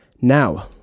Now